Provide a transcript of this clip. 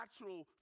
natural